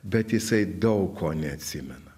bet jisai daug ko neatsimena